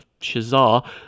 Shazar